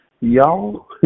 Y'all